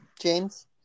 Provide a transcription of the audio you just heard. James